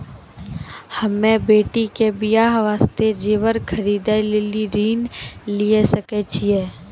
हम्मे बेटी के बियाह वास्ते जेबर खरीदे लेली ऋण लिये सकय छियै?